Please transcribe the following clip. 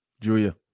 Julia